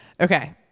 Okay